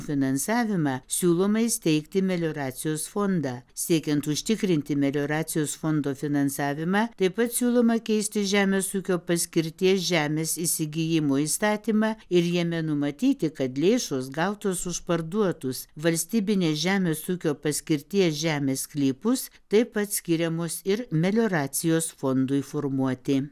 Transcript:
finansavimą siūloma įsteigti melioracijos fondą siekiant užtikrinti melioracijos fondo finansavimą taip pat siūloma keisti žemės ūkio paskirties žemės įsigijimo įstatymą ir jame numatyti kad lėšos gautos už parduotus valstybinės žemės ūkio paskirties žemės sklypus taip pat skiriamos ir melioracijos fondui formuoti